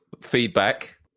feedback